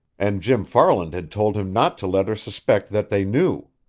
and jim farland had told him not to let her suspect that they knew.